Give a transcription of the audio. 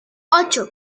ocho